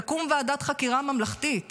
תקום ועדת חקירה ממלכתית